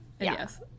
yes